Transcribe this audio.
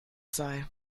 sei